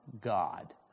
God